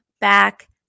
back